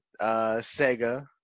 Sega